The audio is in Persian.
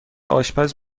آشپز